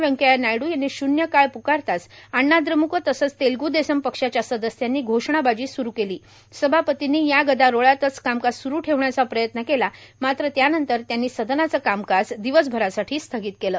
व्यंकय्या नायडु यांनी शुन्य काळ पुकारताच अण्णाद्रमुक तसंच तेलगु देशम पक्षाच्या सदस्यांनी घोषणाबाजी सूरू केली सभापतींनी या गदारोळातच कामकाज सूरू ठेवण्याचा प्रयत्न केला मात्र त्यानंतर त्यांनी सदनाचं कामकाज दिवसभरासाठी स्थगित केलं